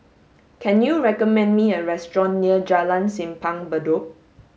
can you recommend me a restaurant near Jalan Simpang Bedok